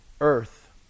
earth